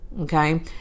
Okay